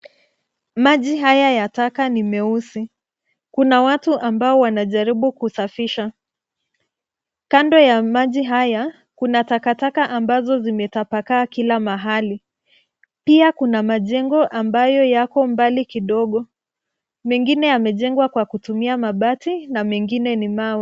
Maji haya ya taka ni meusi. Kuna watu ambao wanajaribu kusafisha. Kando ya maji haya kuna takataka ambazo zimetapakaa kila mahali. Pia kuna majengo ambayo yako mbali kidogo, mengine yamejengwa kwa kutumia mabati na mengine ni mawe.